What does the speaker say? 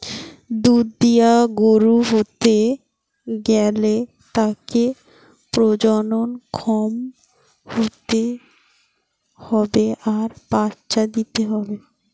দুধ দিয়া গরু হতে গ্যালে তাকে প্রজনন ক্ষম হতে হবে আর বাচ্চা দিতে হবে